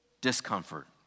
discomfort